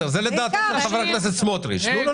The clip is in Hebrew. יש עוד